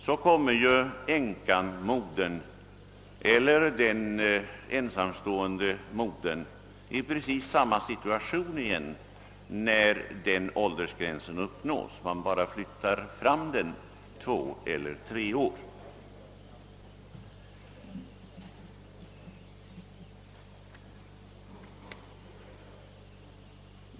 Då befinner sig ju änkan-modern eller den ensamstående modern i precis samma situation när denna gräns uppnås. Man endast flyttar fram problemet två eller tre år.